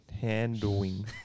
Handling